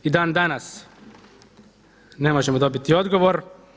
I dan danas ne možemo dobiti odgovor.